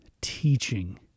teaching